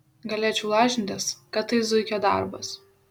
galėčiau lažintis kad tai zuikio darbas